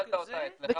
קיבלת אותה אצלך במייל.